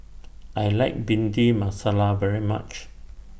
I like Bhindi Masala very much